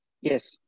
Yes